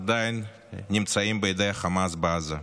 עדיין נמצאים בידי החמאס בעזה.